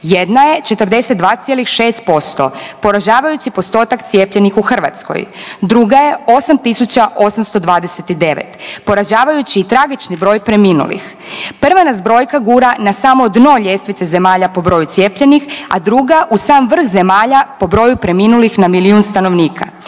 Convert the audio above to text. Jedna je 42,6 poražavajući postotak cijepljenih u Hrvatskoj. Druga je 8.829 poražavajući i tragični broj preminulih. Prva nas brojka gura na samo dno ljestvice zemalja po broju cijepljenih, a druga u sam vrh zemalja po broju preminulih na milijun stanovnika.